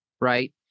right